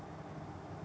Z